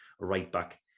right-back